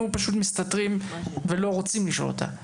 פשוט מסתתרים ולא רוצים לשאול אותה.